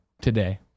today